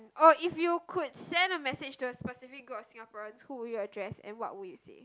oh if you could send a message to a specific group of Singaporeans who would you address and what would you say